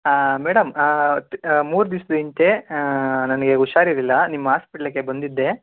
madam ಮೂರು ದಿವಸದ ಮುಂಚೆ ನನಗೆ ಹುಷಾರಿರಲಿಲ್ಲ ನಿಮ್ಮ ಹಾಸ್ಪಿಟ್ಲಿಗೆ ಬಂದಿದ್ದೆ